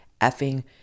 effing